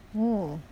oh